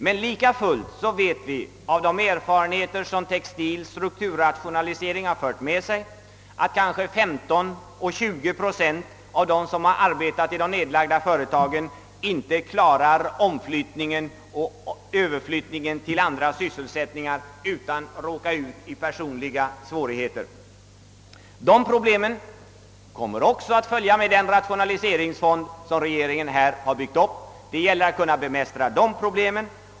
Men ändå vet vi av erfarenheter från textilbranschens strukturrationalisering att omkring 15—20 procent av dem som tidigare arbetade i de nedlagda företagen inte har klarat omflyttningen och överflyttningen till andra sysselsättningar utan drabbas av personliga svårigheter. Sådana problem kommer också att följa med den rationaliseringsfond som regeringen nu byggt upp. Det gäller att kunna bemästra de svårigheterna.